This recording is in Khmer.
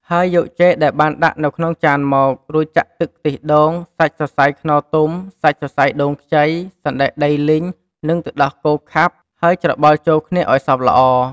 ហើយយកចេកដែលបានដាក់នៅក្នុងចានមក រួចចាក់ទឹកខ្ទិះដូង សាច់សរសៃខ្នុរទុំ សាច់សរសៃដូងខ្ចី សណ្ដែកដីលីង និងទឹកដោះគោខាប់ ហើយច្របល់ចូលគ្នាអោយសព្វល្អ។